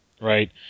right